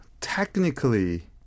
technically